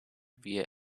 via